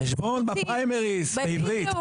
חשבון בפריימריז, בעברית.